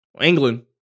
England